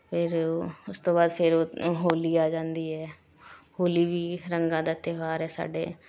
ਫਿਰ ਉਸ ਤੋਂ ਬਾਅਦ ਫਿਰ ਹੋਲੀ ਆ ਜਾਂਦੀ ਹੈ ਹੋਲੀ ਵੀ ਰੰਗਾਂ ਦਾ ਤਿਉਹਾਰ ਹੈ ਸਾਡੇ